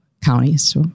counties